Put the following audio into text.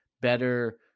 better